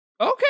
Okay